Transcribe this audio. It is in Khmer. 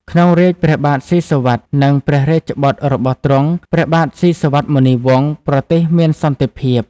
ក្នុងរាជ្យព្រះបាទស៊ីសុវត្ថិ និងព្រះរាជបុត្ររបស់ទ្រង់ ព្រះបាទស៊ីសុវត្ថិ មុនីវង្ស ប្រទេសមានសន្តិភាព។